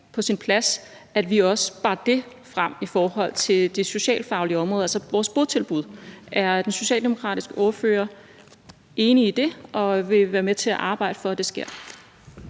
på sin plads, at vi også bar det frem i forhold til det socialfaglige område, altså vores botilbud. Er den socialdemokratiske ordfører enig i det, og vil hun være med til at arbejde for, at det sker?